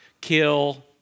kill